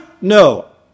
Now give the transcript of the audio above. No